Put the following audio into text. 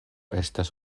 estas